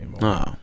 No